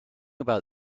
about